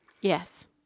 Yes